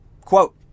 Quote